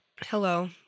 Hello